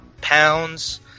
pounds